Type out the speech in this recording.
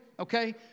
Okay